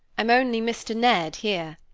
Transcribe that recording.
i'm only mr. ned here,